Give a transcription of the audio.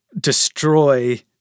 destroy